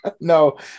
No